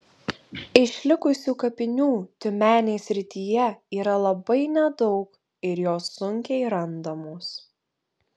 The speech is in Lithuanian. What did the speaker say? išlikusių kapinių tiumenės srityje yra labai nedaug ir jos sunkiai randamos